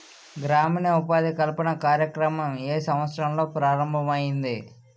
గ్రామీణ ఉపాధి కల్పన కార్యక్రమం ఏ సంవత్సరంలో ప్రారంభం ఐయ్యింది?